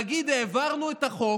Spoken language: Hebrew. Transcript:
להגיד: העברנו את החוק,